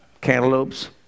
cantaloupes